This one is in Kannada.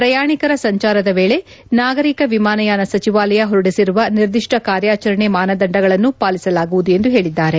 ಪ್ರಯಾಣಿಕರ ಸಂಚಾರದ ವೇಳೆ ನಾಗರಿಕ ವಿಮಾನಯಾನ ಸಚಿವಾಲಯ ಹೊರಡಿಸಿರುವ ನಿರ್ದಿಷ್ನ ಕಾರ್ಯಾಚರಣೆ ಮಾನದಂಡಗಳನ್ನು ಪಾಲಿಸಲಾಗುವುದು ಎಂದು ಹೇಳಿದ್ಲಾರೆ